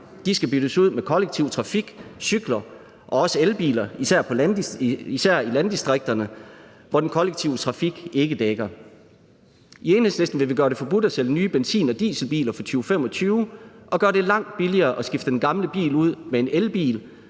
De skal byttes ud med kollektiv trafik, cykler og også elbiler, især i landdistrikterne, hvor den kollektive trafik ikke dækker. I Enhedslisten vil vi gøre det forbudt at sælge nye benzin- og dieselbiler fra 2025 og gøre det langt billigere at skifte den gamle bil ud med en elbil,